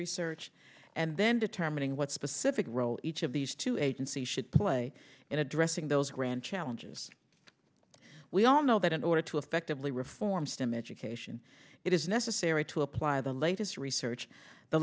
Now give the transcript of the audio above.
research and then determining what specific role each of these two agencies should play in addressing those grand challenges we all know that in order to effectively reform stem education it is necessary to apply the latest research the